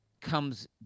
comes